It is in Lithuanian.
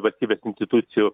valstybės institucijų